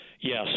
Yes